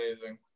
amazing